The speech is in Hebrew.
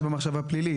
שיש בה מחשבה פלילית,